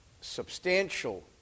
substantial